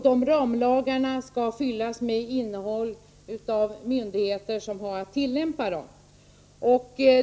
De skall fyllas med innehåll av de myndigheter som har att tillämpa dem.